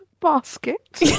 basket